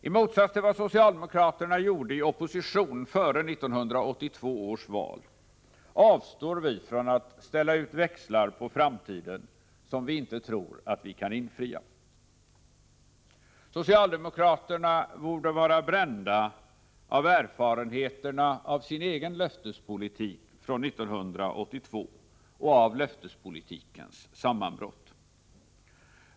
I motsats till vad socialdemokraterna gjorde i opposition före 1982 års val avstår vi från att ställa ut växlar på framtiden, vilka vi inte tror att vi kan infria. Socialdemokraterna borde vara brända av erfarenheterna av sin egen löftespolitik från 1982 och av löftespolitikens sammanbrott.